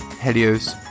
Helios